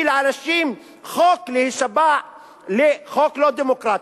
לאנשים חוק להישבע לחוק לא דמוקרטי.